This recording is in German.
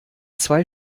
zwei